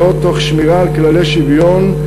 תוך שמירה על כללי שוויון,